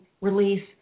release